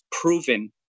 proven